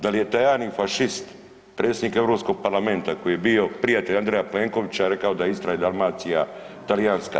Dal je Tajani fašist, predsjednik Europskog parlamenta koji je bio prijatelj Andreja Plenkovića rekao da je Istra i Dalmacija talijanska?